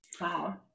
Wow